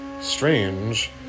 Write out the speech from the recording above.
strange